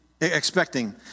expecting